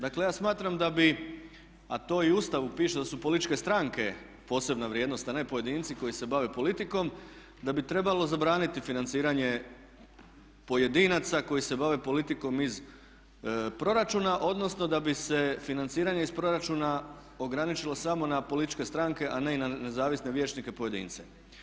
Dakle, ja smatram da bi, a to i u Ustavu piše da su političke stranke posebna vrijednost a ne pojedinci koji se bave politikom, da bi trebalo zabraniti financiranje pojedinaca koji se bave politikom iz proračuna odnosno da bi se financiranje iz proračuna ograničilo samo na političke stranke a ne i na nezavisne vijećnike pojedince.